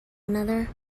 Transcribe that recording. another